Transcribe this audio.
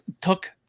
took